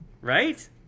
right